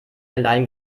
allein